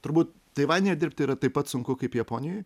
turbūt taivanyje dirbti yra taip pat sunku kaip japonijoj